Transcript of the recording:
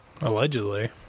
allegedly